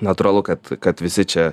natūralu kad kad visi čia